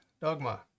dogma